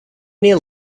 near